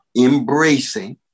embracing